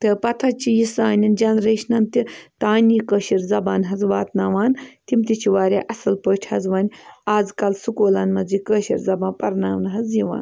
تہٕ پَتہٕ حظ چھِ یہِ سانٮ۪ن جَنریشنَن تہِ تام یہِ کٲشٕر زبان حظ واتناوان تِم تہِ چھِ واریاہ اَصٕل پٲٹھۍ حظ وۄنۍ آزکَل سکوٗلَن منٛز یہِ کٲشٕر زبان پَرناونہٕ حظ یِوان